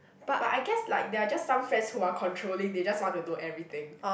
but I guess like there are just some friends who are controlling they just want to know everything